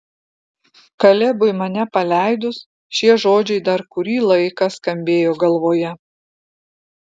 kalebui mane paleidus šie žodžiai dar kurį laiką skambėjo galvoje